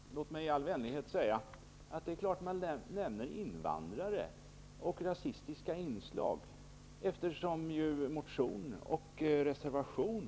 Fru talman! Låt mig i all vänlighet säga att det är klart att man använder orden invandrare och rasistiska inslag. Dessa förekommer ju i såväl motion som reservation.